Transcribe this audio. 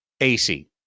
AC